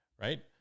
Right